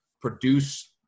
produce